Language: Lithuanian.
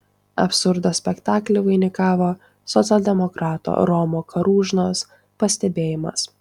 absurdo spektaklį vainikavo socialdemokrato romo karūžnos pastebėjimas